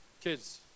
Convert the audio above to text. Kids